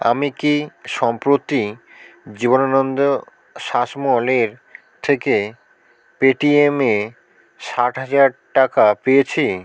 আমি কি সম্প্রতি জীবনানন্দ শাসমলের থেকে পেটিএমে ষাট হাজার টাকা পেয়েছি